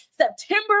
September